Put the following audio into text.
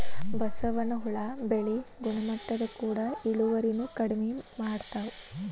ಬಸವನ ಹುಳಾ ಬೆಳಿ ಗುಣಮಟ್ಟದ ಕೂಡ ಇಳುವರಿನು ಕಡಮಿ ಮಾಡತಾವ